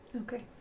Okay